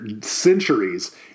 centuries